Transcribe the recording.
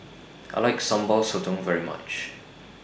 I like Sambal Sotong very much